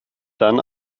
dann